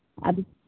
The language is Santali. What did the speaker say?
ᱟᱫᱚ